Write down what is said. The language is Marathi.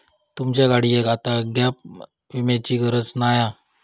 तुमच्या गाडियेक आता गॅप विम्याची गरज नाय हा